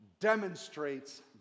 demonstrates